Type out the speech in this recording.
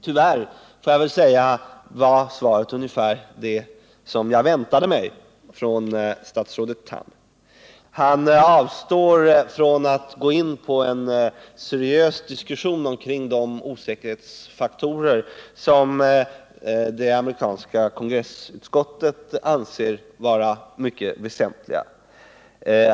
Tyvärr, får jag säga, var svaret ungefär det som jag hade väntat mig från statsrådet Tham. Han avstår från att gå in på en seriös diskussion kring de säkerhetsfaktorer som det amerikanska kongressutskottet anser vara mycket väsentliga.